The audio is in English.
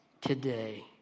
today